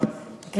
השבע-עשרה.